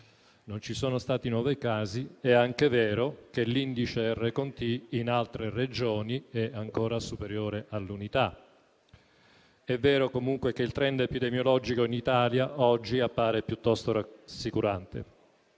non ci sono stati nuovi casi, è anche vero che l'indice Rt in altre Regioni è ancora superiore all'unità. È vero, comunque, che il *trend* epidemiologico in Italia oggi appare piuttosto rassicurante